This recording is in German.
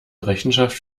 rechenschaft